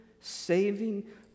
saving